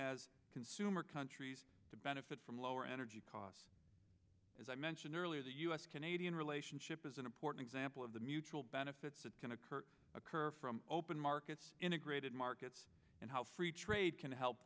as consumer countries to benefit from lower energy costs as i mentioned earlier the u s canadian relationship is an important sample of the mutual benefits that can occur occur from open markets integrated markets and how free trade can help